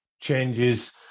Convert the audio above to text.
changes